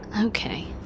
Okay